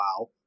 WoW